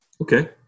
Okay